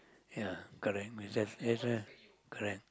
ya correct recess that's why correct